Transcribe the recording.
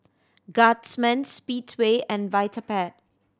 Guardsman Speedway and Vitapet